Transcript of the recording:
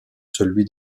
celui